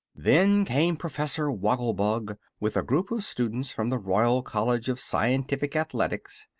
then came professor woggle-bug, with a group of students from the royal college of scientific athletics.